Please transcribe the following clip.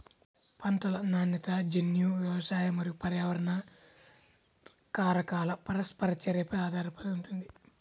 పంటల నాణ్యత జన్యు, వ్యవసాయ మరియు పర్యావరణ కారకాల పరస్పర చర్యపై ఆధారపడి ఉంటుంది